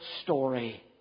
story